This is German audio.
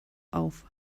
auf